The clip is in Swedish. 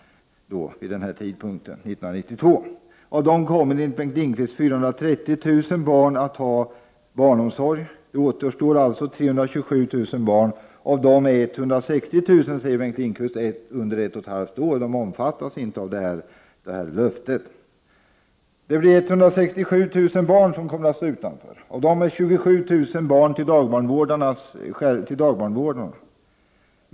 Av dem kommer enligt Bengt Lindqvist 430 000 barn att ha barnomsorg. Det återstår alltså 327 000 barn, och av dem är 160 000 under ett och ett halvt år, säger Bengt Lindqvist, och omfattas inte av detta löfte. Det blir då 167 000 barn som kommer att stå utanför barnomsorgen, och av dem är 27 000 barn till dagbarnvårdare.